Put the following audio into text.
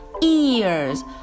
ears